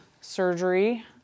Surgery